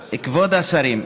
השרים,